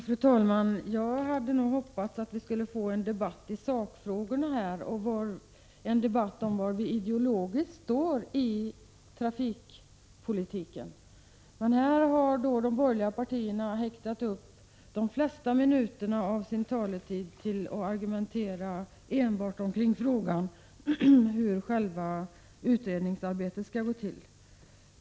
Fru talman! Jag hade nog hoppats att vi skulle få en debatt i sakfrågorna, en debatt om var vi står ideologiskt i trafikpolitiken. Men här har de borgerliga partiernas företrädare förbrukat de flesta minuterna av sin taletid på att argumentera enbart i frågan om hur själva utredningsarbetet skall gå till.